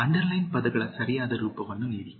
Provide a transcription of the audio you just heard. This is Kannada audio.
ಅಂಡರ್ಲೈನ್ ಪದಗಳ ಸರಿಯಾದ ರೂಪವನ್ನು ನೀಡಿ